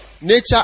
Nature